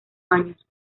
años